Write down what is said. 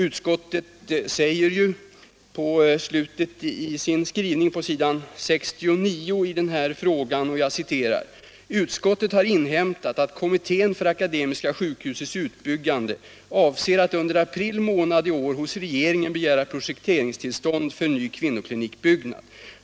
Utskottet anför i slutet av sin skrivning när det gäller den här frågan på s. 69: ”Utskottet har inhämtat att kommittén för akademiska sjukhusets utbyggande avser att under april månad i år hos regeringen begära projekteringstillstånd för en ny kvinnoklinikbyggnad.